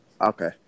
Okay